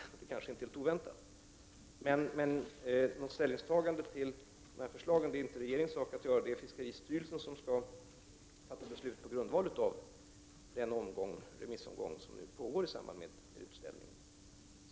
Detta var kanske inte helt oväntat. Men det är inte regeringens sak att ta ställning till de olika förslagen. Det är fiskeristyrelsen som skall fatta beslut på grundval av den remissomgång som nu pågår.